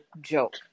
joke